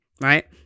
right